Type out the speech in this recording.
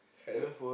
had